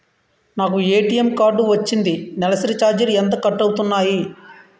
నాకు ATM card వచ్చింది నెలసరి ఛార్జీలు ఎంత కట్ అవ్తున్నాయి?